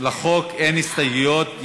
לחוק אין הסתייגויות,